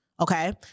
okay